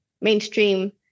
mainstream